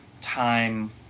time